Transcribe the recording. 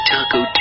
Taco